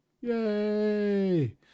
yay